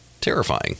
terrifying